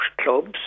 clubs